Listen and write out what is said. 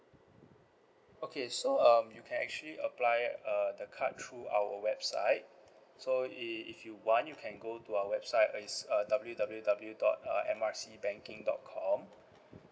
okay so um you can actually apply uh the card through our website so if if you want you can go to our website is uh W W W dot uh M R C banking dot com